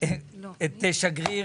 את שגריר